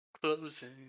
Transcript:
Closing